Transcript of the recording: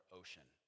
ocean